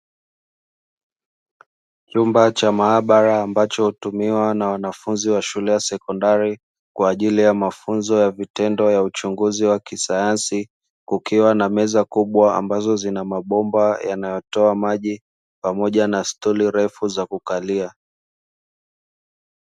Chumba cha maabara ambacho hutumiwa na wanafunzi wa shule ya sekondari, kwa ajili ya mafunzo ya vitendo wa uchunguzi wa kisayansi. Kukiwa na meza kubwa ambazo zina mabomba, yanayotoa maji pamoja na stuli refu za kukalia.